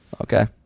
Okay